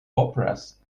operas